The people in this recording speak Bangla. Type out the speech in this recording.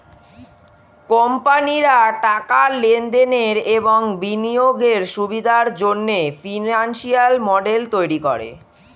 কোম্পানিরা টাকার লেনদেনের এবং বিনিয়োগের সুবিধার জন্যে ফিনান্সিয়াল মডেল তৈরী করে